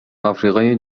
آفریقای